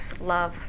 love